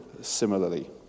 similarly